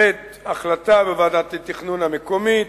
שלב ב' החלטה בוועדת התכנון המקומית,